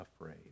afraid